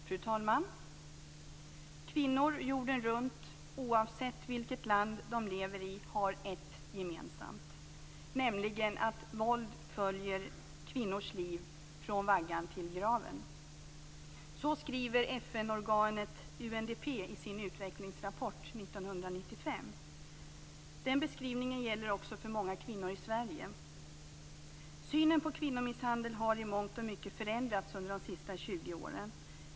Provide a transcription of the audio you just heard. Fru talman! Kvinnor jorden runt, oavsett vilket land de lever i, har ett gemensamt, nämligen att våld följer kvinnors liv från vaggan till graven. Så skriver FN-organet UNDP i sin utvecklingsrapport 1995. Den beskrivningen gäller också för många kvinnor i Sverige. Synen på kvinnomisshandel har i mångt och mycket förändrats under de senaste 20 åren.